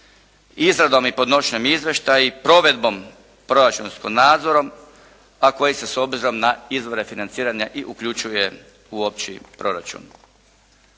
izradom i podnošenjem izvještaja i provedbom proračunskim nadzorom, a koji se s obzirom na izvore financiranja i uključuje u opći proračun.